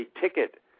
ticket